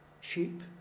sheep